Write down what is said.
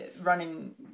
running